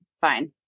Fine